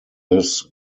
this